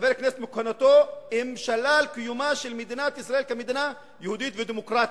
חבר כנסת מכהונתו אם שלל קיומה של מדינת ישראל כמדינה יהודית ודמוקרטית.